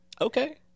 Okay